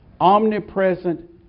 omnipresent